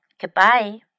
goodbye